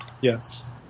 Yes